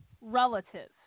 relative